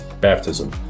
baptism